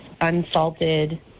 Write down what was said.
unsalted